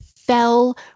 fell